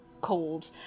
cold